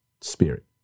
spirit